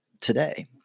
today